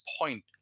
point